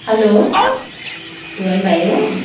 hello Bhuwan भाइ हो